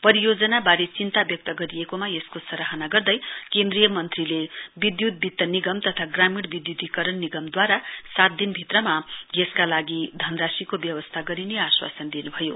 परियोजनाबारे चिन्ता व्यक्त गरिएकोमा यसको सराहना गर्दै केन्द्रीय मन्त्रीले विद्युत वित्त निगम तथा ग्रामीण विद्युतीकरण निगमद्वारा सात दिनभित्रमा यसका लागि धनराशिको व्यवस्था गरिने आश्वासन दिनुभयो